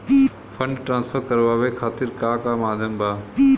Fund transfer करवाये खातीर का का माध्यम बा?